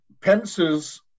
Pence's